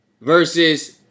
versus